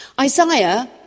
Isaiah